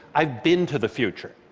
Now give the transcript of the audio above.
i've been to the future.